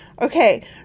okay